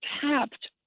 tapped